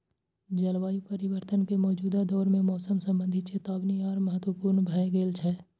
जलवायु परिवर्तन के मौजूदा दौर मे मौसम संबंधी चेतावनी आर महत्वपूर्ण भए गेल छै